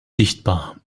sichtbar